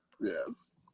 yes